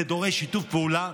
זה דורש שיתוף פעולה.